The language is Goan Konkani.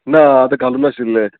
ना आतां घालू नाशिल्लें